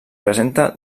presenta